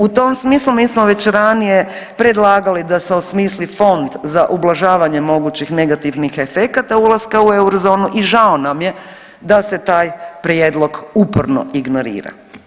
U tom smislu mi smo već ranije predlagali da se osmisli Fond za ublažavanje mogućih negativnih efekata ulaska u eurozonu i žao nam je da se taj prijedlog uporno ignorira.